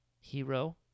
hero